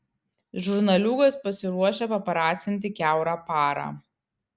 žurnaliūgos pasiruošę paparacinti kiaurą parą